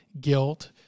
guilt